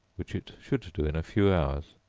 which it should do in a few hours.